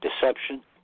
deception